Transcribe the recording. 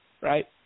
right